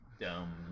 dumb